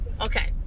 okay